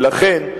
ולכן,